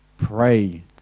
Pray